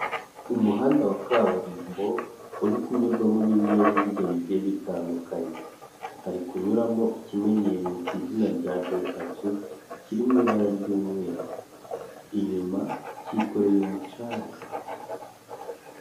Umuhanda wa kaburimbo uri kunyurwamo n'ibinyabiziga bigiye bitandukanye, hari kunyuramo ikimenyerewe ku izina rya dayihatsu kiri mu ibara ry'umweru, inyuma kikoreye umucanga.